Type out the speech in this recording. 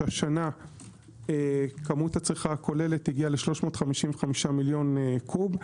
שהשנה כמות הצריכה הכוללת הגיעה ל-355 מיליון קוב.